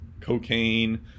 cocaine